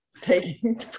taking